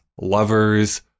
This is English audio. lovers